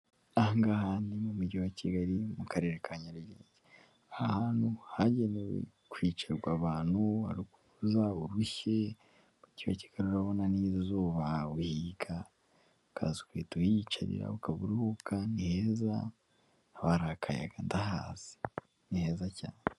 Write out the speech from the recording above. Aha ngaha ni mu mujyi wa Kigali mu karere ka Nyarugenge, aha hantu hagenewe kwicarwa abantu, hari ukuntu uza urushye mu mugjyi wa Kigali urabona n'izuba wiga ukaza ugahita uhiyicarira ukaba uruhuka ni heza haba hari akayaga ndahazi ni heza cyane.